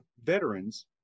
veterans